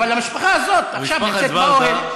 אבל המשפחה הזאת עכשיו נמצאת באוהל.